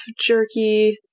jerky